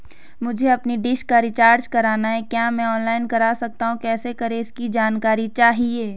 मुझे अपनी डिश का रिचार्ज करना है क्या मैं ऑनलाइन कर सकता हूँ कैसे करें इसकी जानकारी चाहिए?